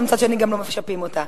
ומצד שני לא משפים אותם.